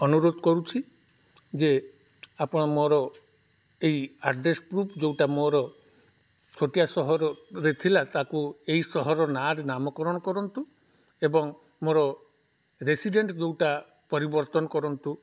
ଅନୁରୋଧ କରୁଛି ଯେ ଆପଣ ମୋର ଏଇ ଆଡ୍ରେସ୍ ପ୍ରୁଫ୍ ଯେଉଁଟା ମୋର ଛୋଟିଆ ସହରରେ ଥିଲା ତାକୁ ଏଇ ସହରର ନାଁରେ ନାମକରଣ କରନ୍ତୁ ଏବଂ ମୋର ରେସିଡ଼େଣ୍ଟ ଯେଉଁଟା ପରିବର୍ତ୍ତନ କରନ୍ତୁ